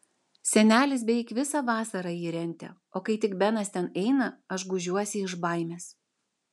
senelis beveik visą vasarą jį rentė o kai tik benas ten eina aš gūžiuosi iš baimės